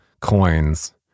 coins